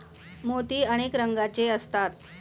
मोती अनेक रंगांचे असतात